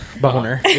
boner